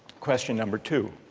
question number two.